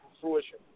fruition